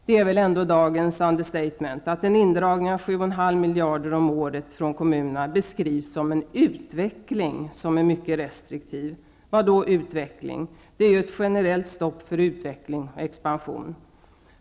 Det är väl ändå dagens ''understatement'' att en indragning av 7,5 miljarder om året från kommunerna beskrivs som en utveckling som är mycket restriktiv. Vad då utveckling? Det är ju ett generellt stopp för utveckling och expansion.